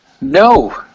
No